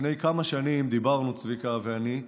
לפני כמה שנים דיברנו, צביקה ואני,